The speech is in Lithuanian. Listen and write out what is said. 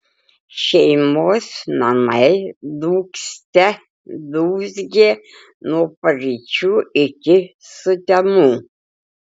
šeimos namai dūgzte dūzgė nuo paryčių iki sutemų